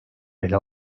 ele